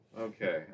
Okay